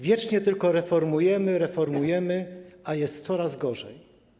Wiecznie tylko reformujemy, reformujemy, a jest coraz gorzej.